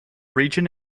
region